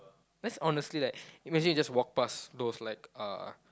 that's honestly like imagine you just walk past those like uh